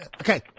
Okay